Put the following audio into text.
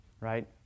right